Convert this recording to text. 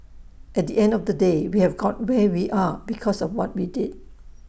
at the end of the day we have got where we are because of what we did